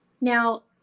Now